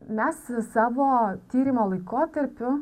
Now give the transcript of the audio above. mes savo tyrimo laikotarpiu